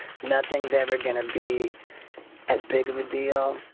nothing is ever going to be as big of a deal?